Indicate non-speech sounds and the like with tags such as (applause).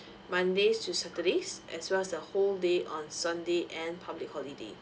(breath) mondays to saturdays as well as the whole day on sundays and public holidays